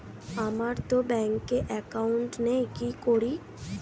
আমারতো ব্যাংকে একাউন্ট নেই কি করি?